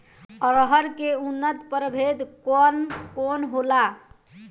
अरहर के उन्नत प्रभेद कौन कौनहोला?